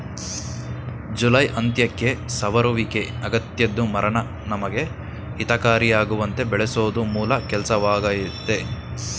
July ಅಂತ್ಯಕ್ಕೆ ಸವರುವಿಕೆ ಅಗತ್ಯದ್ದು ಮರನ ನಮಗೆ ಹಿತಕಾರಿಯಾಗುವಂತೆ ಬೆಳೆಸೋದು ಮೂಲ ಕೆಲ್ಸವಾಗಯ್ತೆ